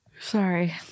Sorry